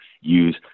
use